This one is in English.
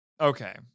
Okay